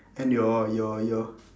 and your your your